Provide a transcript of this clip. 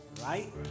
right